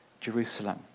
Jerusalem